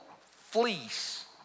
fleece